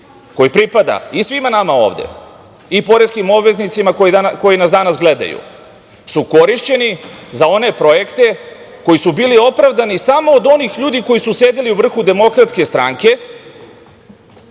koji pripada i svima nama ovde i poreskim obveznicima koji nas danas gledaju su korišćeni za one projekte koji su bili opravdani samo od onih ljudi koji su sedeli u vrhu DS i ti